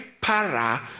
para